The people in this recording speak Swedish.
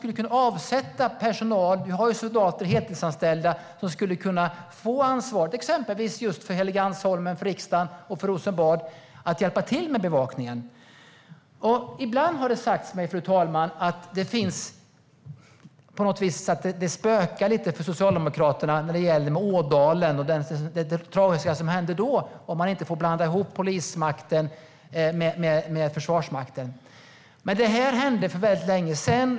Det finns heltidsanställda soldater som skulle kunna få ansvaret för att hjälpa till med bevakningen av till exempel riksdagen på Helgeandsholmen samt Rosenbad. Ibland har det sagts mig, fru talman, att det tragiska som hände i Ådalen spökar för Socialdemokraterna; polismakten får inte blandas ihop med Försvarsmakten. Men de händelserna skedde för länge sedan.